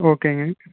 ஓகேங்க